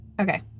okay